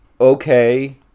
okay